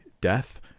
death